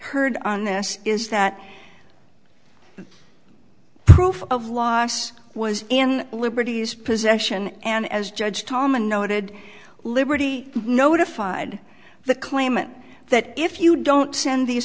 heard on this is that proof of loss was in liberty's possession and as judge tallman noted liberty notified the claimant that if you don't send these